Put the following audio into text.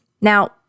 Now